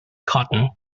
cotton